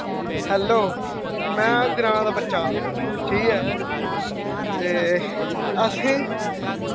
hello में ग्रांऽ दा बच्चा ठीक ऐ ते असैं